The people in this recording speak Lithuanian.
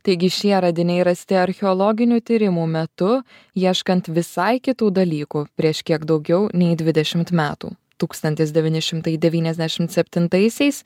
taigi šie radiniai rasti archeologinių tyrimų metu ieškant visai kitų dalykų prieš kiek daugiau nei dvidešimt metų tūkstantis devyni šimtai devyniasdešimt septintaisiais